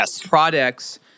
products